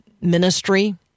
ministry